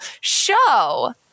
show –